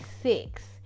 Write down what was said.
six